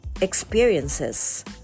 experiences